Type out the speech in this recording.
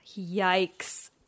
Yikes